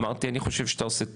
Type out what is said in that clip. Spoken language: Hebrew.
אמרתי לו שאני חושב שהוא עושה טעות,